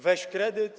Weź kredyt.